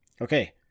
Okay